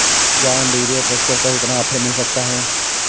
John Deere tractor पर कितना offer मिल सकता है?